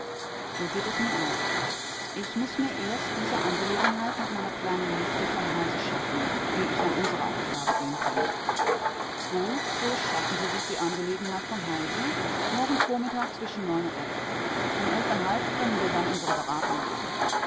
so geht es mir auch ich muß mir erst diese angelegenheit mit meiner kleinen nichte vom halse schaffen ehe ich an unsere aufgabe gehen kann gut so schaffen sie sich die angelegenheit vom halse morgen vormittag zwischen neun und elf um elfeinhalb können wir dann unsere beratung haben